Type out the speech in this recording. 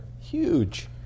huge